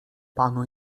panu